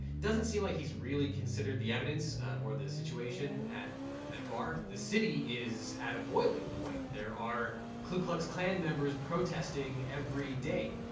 doesn't seem like he's really considered the evidence or the situation at at bar. the city is at a boiling point. there are ku klux klan members protesting every day.